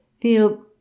feel